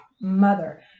mother